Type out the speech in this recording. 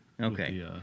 Okay